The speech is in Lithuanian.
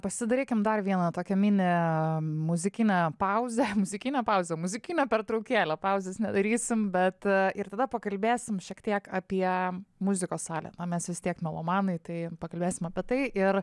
pasidarykim dar vieną tokią mini muzikinę pauzę muzikinę pauzę muzikinę pertraukėlę pauzės nedarysim bet ir tada pakalbėsim šiek tiek apie muzikos salę na mes vis tiek melomanai tai pakalbėsim apie tai ir